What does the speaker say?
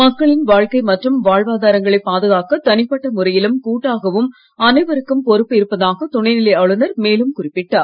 மக்களின் வாழ்க்கை மற்றும் வாழ்வாதாரங்களை பாதுகாக்க தனிப்பட்ட முறையிலும் கூட்டாகவும் அனைவருக்கும் பொறுப்பு இருப்பதாக துணைநிலை ஆளுநர் மேலும் குறிப்பிட்டார்